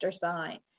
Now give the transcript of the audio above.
sign